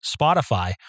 Spotify